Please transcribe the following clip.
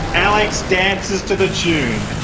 alex dances to the tune.